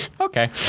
Okay